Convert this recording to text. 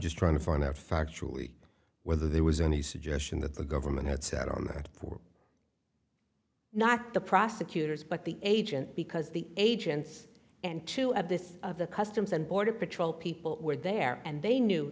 just trying to find out factually whether there was any suggestion that the government had sat on that or not the prosecutors but the agent because the agents and two of this of the customs and border patrol people were there and they knew